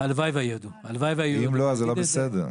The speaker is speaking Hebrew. אם לא אז זה לא בסדר.